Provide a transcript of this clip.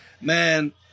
man